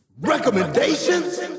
recommendations